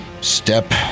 step